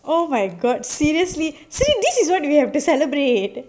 oh my god seriously see this is what do we have to celebrate